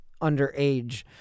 underage